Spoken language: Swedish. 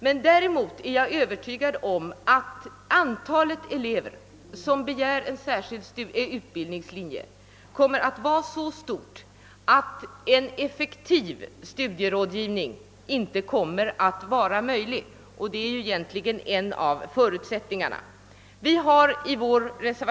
Men jag är övertygad om att antalet elever som begär särskild utbildningslinje kommer att bli så stort, att någon effektiv stu dierådgivning inte blir möjlig — och en sådan är ju ändå en av förutsättningarna för reformens genomförande.